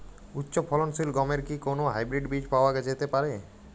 উচ্চ ফলনশীল গমের কি কোন হাইব্রীড বীজ পাওয়া যেতে পারে?